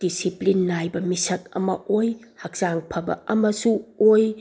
discipline ꯅꯥꯏꯕ ꯃꯤꯁꯛ ꯑꯃ ꯑꯣꯏ ꯍꯛꯆꯥꯡ ꯐꯕ ꯑꯃꯁꯨ ꯑꯣꯏ